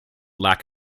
lack